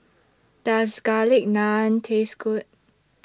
Does Garlic Naan Taste Good